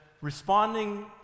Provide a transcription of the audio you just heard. responding